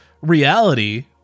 reality